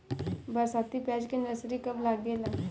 बरसाती प्याज के नर्सरी कब लागेला?